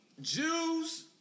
Jews